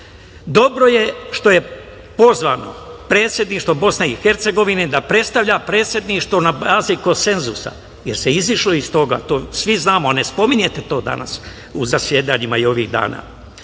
Dobro je što je pozvano predsedništvo Bosne i Hercegovine da predstavlja predsedništvo na bazi konsenzusa, jer se izašlo iz toga, to svi znamo, ne spominjete to danas u zasedanjima i ovih